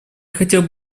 хотел